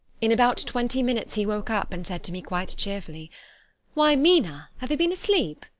in about twenty minutes he woke up, and said to me quite cheerfully why, mina, have i been asleep!